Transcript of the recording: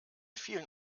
vielen